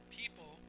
people